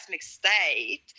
state